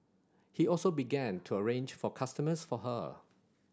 he also began to arrange for customers for her